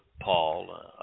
Paul